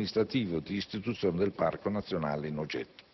il procedimento amministrativo di istituzione del Parco nazionale in oggetto.